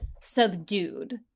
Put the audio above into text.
subdued